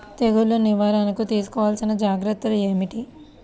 తెగులు నివారణకు తీసుకోవలసిన జాగ్రత్తలు ఏమిటీ?